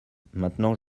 maintenant